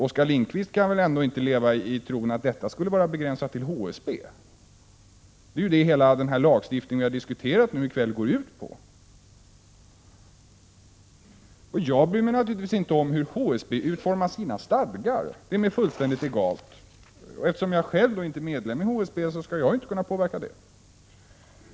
Oskar Lindkvist kan väl inte leva i tron att detta skulle vara begränsat till HSB. Hela den lagstiftning vi diskuterar här i kväll går ju ut på det. Jag bryr mig naturligtvis inte om hur HSB utformar sina stadgar. Det är mig fullständigt egalt. Eftersom jag själv inte är medlem i HSB, skall jag inte kunna påverka det.